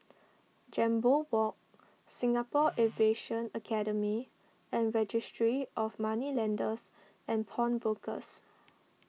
Jambol Walk Singapore Aviation Academy and Registry of Moneylenders and Pawnbrokers